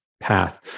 path